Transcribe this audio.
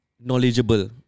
knowledgeable